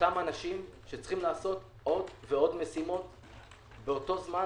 אותם אנשים שצריכים לעשות עוד ועוד משימות באותו זמן,